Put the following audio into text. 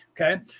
Okay